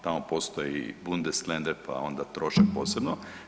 Tamo postoji i Bundesländer, pa onda trošak posebno.